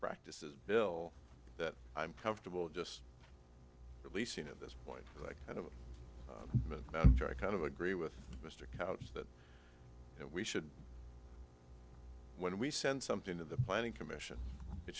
practices bill that i'm comfortable just releasing at this point like kind of kind of agree with mr couch that we should when we send something to the planning commission it